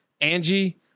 Angie